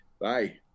Bye